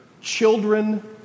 children